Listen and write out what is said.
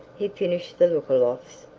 he finished the lookalofts,